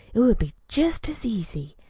it would be jest as easy.